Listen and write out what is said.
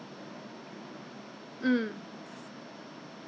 我都不知道是谁给的 leh already forgotten where where it come from